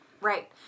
right